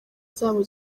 zabo